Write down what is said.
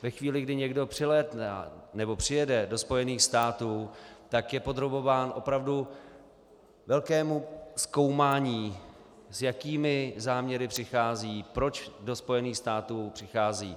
Ve chvíli, kdy někdo přilétne nebo přijede do Spojených států, tak je podrobován opravdu velkému zkoumání, s jakými záměry přichází, proč do Spojených států přichází.